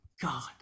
god